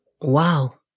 Wow